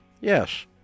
Yes